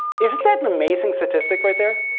isn't that an amazing statistic right there?